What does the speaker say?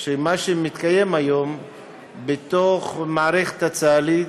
שמה שמתקיים היום בתוך המערכת הצה"לית